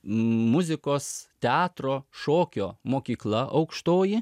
muzikos teatro šokio mokykla aukštoji